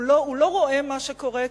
הוא לא רואה מה שקורה כאן?